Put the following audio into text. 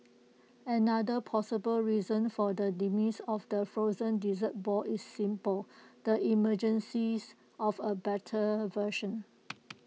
another plausible reason for the demise of the frozen dessert ball is simple the emergence of A better version